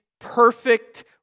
perfect